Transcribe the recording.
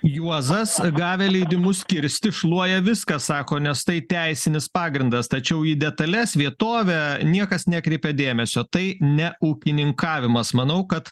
juozas gavę leidimus kirsti šluoja viską sako nes tai teisinis pagrindas tačiau į detales vietovę niekas nekreipia dėmesio tai ne ūkininkavimas manau kad